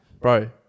Bro